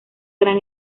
gran